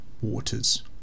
waters